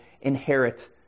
inherit